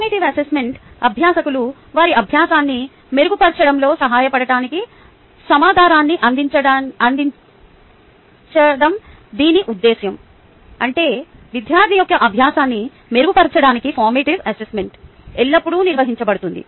formative assessment అభ్యాసకులు వారి అభ్యాసాన్ని మెరుగుపరచడంలో సహాయపడటానికి సమాచారాన్ని అందించడం దీని ఉద్దేశ్యం అంటే విద్యార్థి యొక్క అభ్యాసాన్ని మెరుగుపరచడానికి ఫార్మేటివ్ అసెస్మెంట్ ఎల్లప్పుడూ నిర్వహించబడుతుంది